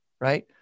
right